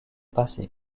passé